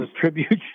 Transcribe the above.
Tribute